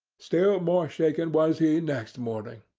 still more shaken was he next morning.